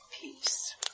peace